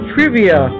Trivia